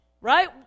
right